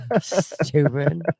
Stupid